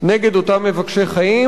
נגד אותם מבקשי חיים,